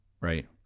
right